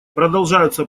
продолжаются